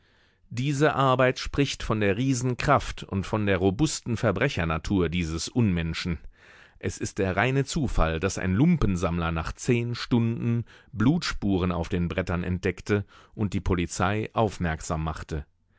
diese arbeit spricht von der riesenkraft und von der robusten verbrechernatur dieses unmenschen es ist der reine zufall daß ein lumpensammler nach zehn stunden blutspuren auf den brettern entdeckte und die polizei aufmerksam machte